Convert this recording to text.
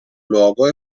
luogo